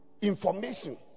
information